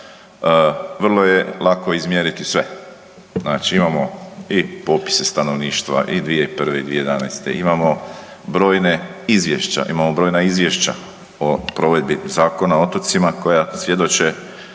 vrlo je lako izmjeriti sve. Znači imamo i popise stanovništva i 2001. i 2011., imamo brojna izvješća o provedbi Zakona o otocima koja svjedoče